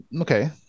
Okay